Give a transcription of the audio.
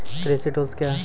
कृषि टुल्स क्या हैं?